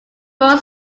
row